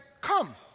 come